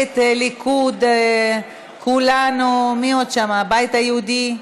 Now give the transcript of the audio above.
מפלגת הליכוד, כולנו, מי עוד שם, הבית היהודי,